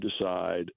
decide